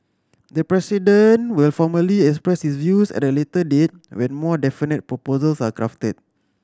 the President will formally express his views at a later date when more definite proposals are crafted